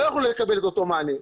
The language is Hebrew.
לא יוכלו לקבל את אותו מענה.